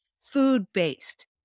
food-based